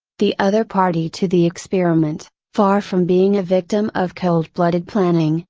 the other party to the experiment, far from being a victim of coldblooded planning,